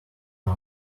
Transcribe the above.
red